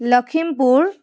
Lakhimpur